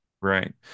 Right